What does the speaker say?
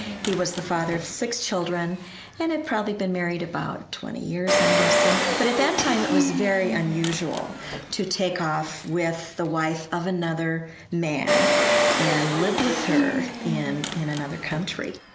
he was the father of six children and had probably been married about twenty years i'm guessing. but at that time it was very unusual to take off with the wife of another man and live with her in in another country.